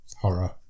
horror